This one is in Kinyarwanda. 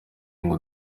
bwo